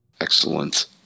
Excellent